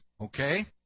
Okay